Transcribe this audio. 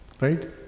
Right